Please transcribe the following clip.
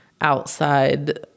outside